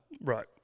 Right